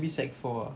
maybe sec four ah